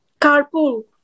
carpool